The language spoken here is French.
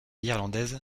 irlandaise